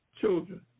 children